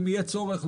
אם יהיה צורך,